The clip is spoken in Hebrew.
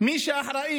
מי שאחראי